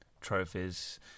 trophies